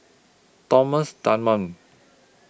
Thomas Dunman